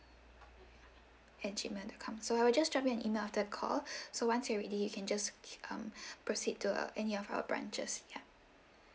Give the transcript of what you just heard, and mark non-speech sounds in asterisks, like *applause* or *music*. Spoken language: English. at gmail dot com so I will just drop an email after the call *breath* so once you're ready you can just um *breath* proceed to uh any of our branches ya